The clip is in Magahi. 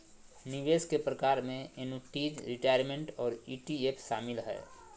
निवेश के प्रकार में एन्नुटीज, रिटायरमेंट और ई.टी.एफ शामिल हय